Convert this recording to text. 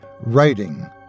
writing